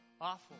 awful